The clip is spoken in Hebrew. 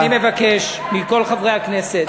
אני מבקש מכל חברי הכנסת